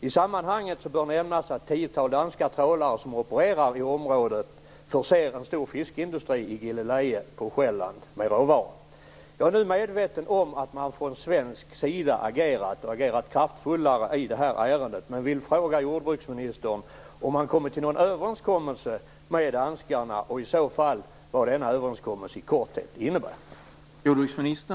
I sammanhanget bör nämnas att det tiotal danska trålare som opererar i området förser en stor fiskeindustri i Gilleleje på Sjælland med råvaror. Jag är nu medveten om att man från svensk sida agerat kraftfullare i detta ärende, men vill fråga jordbruksministern om man kommit till någon överenskommelse med danskarna och i så fall vad denna överenskommelse i korthet innebär.